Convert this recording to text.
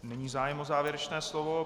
Není zájem o závěrečné slovo.